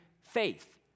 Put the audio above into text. faith